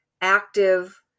active